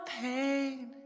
pain